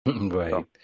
Right